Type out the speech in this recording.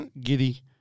Giddy